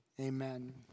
Amen